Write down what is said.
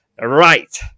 Right